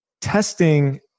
Testing